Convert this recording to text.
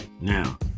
now